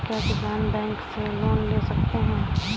क्या किसान बैंक से लोन ले सकते हैं?